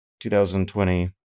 2020